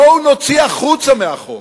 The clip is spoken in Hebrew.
בואו נוציא החוצה מהחוק